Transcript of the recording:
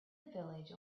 village